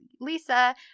Lisa